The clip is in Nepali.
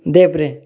देब्रे